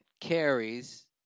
carries